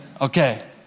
Okay